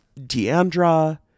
Deandra